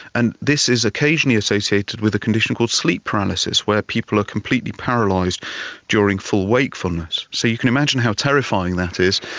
and this is occasionally associated with a condition called sleep paralysis where people are completely paralysed during full wakefulness. so you can imagine how terrifying that is,